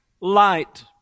light